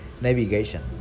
Navigation